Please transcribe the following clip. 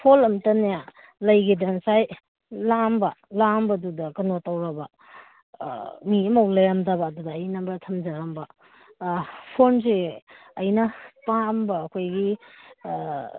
phone ꯑꯝꯇꯅꯦ ꯂꯩꯒꯩꯗꯅ ꯉꯁꯥꯏ ꯂꯥꯛꯑꯝꯕ ꯂꯥꯛꯑꯝꯕꯗꯨꯗ ꯀꯩꯅꯣ ꯇꯧꯔꯕ ꯃꯤ ꯑꯝꯐꯧ ꯂꯩꯔꯝꯗꯕ ꯑꯗꯨꯗ ꯑꯩ ꯅꯝꯕꯔ ꯊꯝꯖꯔꯝꯕ ꯐꯣꯟꯁꯦ ꯑꯩꯅ ꯄꯥꯝꯕ ꯑꯩꯈꯣꯏꯒꯤ